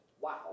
Wow